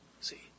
See